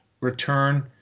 return